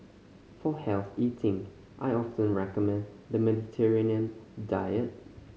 for healthy eating I often recommend the Mediterranean diet